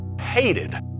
hated